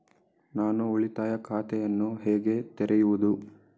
ನಾನು ಉಳಿತಾಯ ಖಾತೆಯನ್ನು ಹೇಗೆ ತೆರೆಯುವುದು?